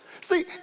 see